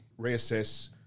reassess